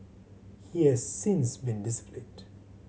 he has since been disciplined